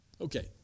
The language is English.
Okay